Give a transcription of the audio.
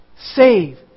save